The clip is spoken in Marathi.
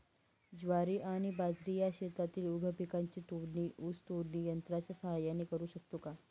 ज्वारी आणि बाजरी या शेतातील उभ्या पिकांची तोडणी ऊस तोडणी यंत्राच्या सहाय्याने करु शकतो का?